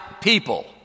people